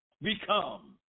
become